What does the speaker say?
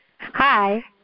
Hi